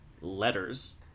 letters